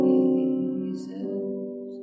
Jesus